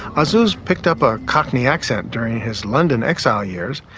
azzuz picked up a cockney accent during his london exile years.